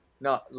No